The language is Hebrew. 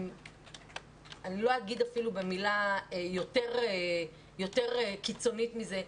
לא אגיד אפילו במילה יותר קיצונית מזה,